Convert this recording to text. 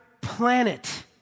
planet